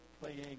playing